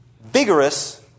vigorous